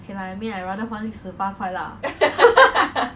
okay lah I mean I rather 还六十八块 lah